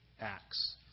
acts